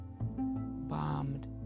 bombed